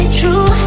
true